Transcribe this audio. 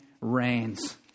reigns